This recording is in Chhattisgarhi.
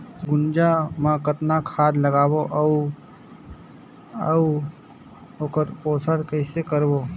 गुनजा मा कतना खाद लगाबो अउ आऊ ओकर पोषण कइसे करबो?